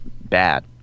bad